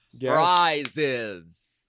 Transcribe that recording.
prizes